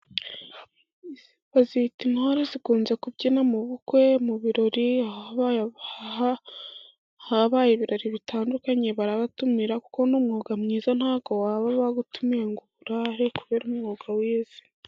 Bazita intore, zikunze kubyina mu bukwe ,mu birori habaye ibirori bitandukanye barabatumira, kuko ni umwuga mwiza, ntabwo baba bagutumiwe ngo uburare kubera umwuga wize.